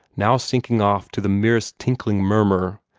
now sinking off to the merest tinkling murmur,